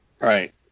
Right